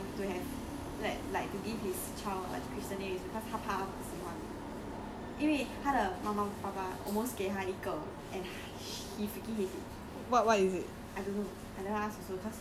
he don't have and he he say the reason why he don't want to have let like to give his child a christian name is because 他怕他不喜欢因为他的妈妈爸爸 almost 给他一个 and he freaking hate it